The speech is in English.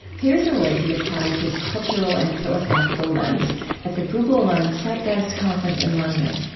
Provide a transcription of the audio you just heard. here's a way he applied his cultural and philosophical lens at the google-run zeitgeist conference in london.